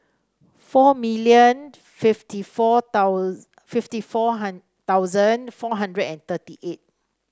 four million fifty four fifty four thousand four hundred and thirty eight